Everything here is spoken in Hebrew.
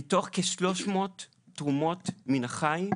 מתוך כ-300 תרומות מן החי,